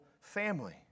family